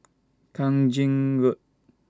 Kang Ching Road